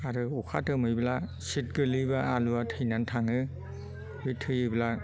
आरो अखा दोमैब्ला सिट गोलैबा आलुआ थैनानै थाङो बे थैयोब्ला